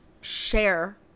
share